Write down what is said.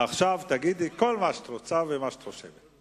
ועכשיו תגידי כל מה שאת רוצה ומה שאת חושבת.